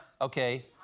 Okay